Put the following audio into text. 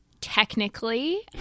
technically